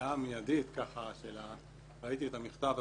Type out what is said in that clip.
לעילה המידית ראיתי את המכתב,